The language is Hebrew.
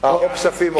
ועדת הפנים, קיבלתי.